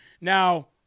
Now